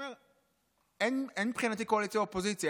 אין מבחינתי קואליציה אופוזיציה,